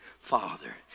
father